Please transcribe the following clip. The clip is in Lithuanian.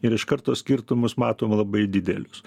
ir iš karto skirtumus matom labai didelius